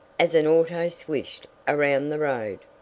as an auto swished around the road.